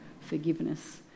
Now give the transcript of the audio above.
forgiveness